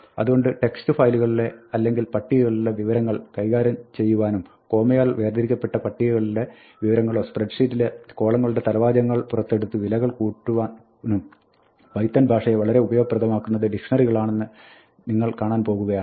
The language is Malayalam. അതുകൊണ്ട് ടെക്സ്റ്റ് ഫയലുകളിലെ അല്ലെങ്കിൽ പട്ടികകളിലെ വിവരങ്ങൾ കൈകാര്യം ചെയ്യുവാനും കോമയാൽ വേർതിരിക്കപ്പെട്ട പട്ടികകളിലെ വിവരങ്ങളോ സ്പ്രെഡ്ഷീറ്റിലെ കോളങ്ങളുടെ തലവാചകങ്ങൾ പുറത്തെടുത്ത് വിലകൾ കൂട്ടവാനും പൈത്തൺ ഭാഷയെ വളരെ ഉപയോഗപ്രദമാക്കുന്നത് ഡിക്ഷ്ണറികളാണെന്ന് നിങ്ങൾ കാണാൻ പോകുകയാണ്